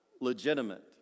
legitimate